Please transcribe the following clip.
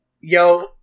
Yo